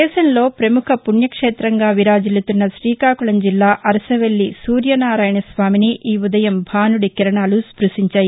దేశంలో ప్రముఖ పుణ్యక్షేతంగా విరాజిల్లుతున్న శ్రీకాకుళం జిల్లా అరసవల్లి సూర్య నారాయణ స్వామిని ఈ ఉదయం భానుడి కిరణాలు స్పశించాయి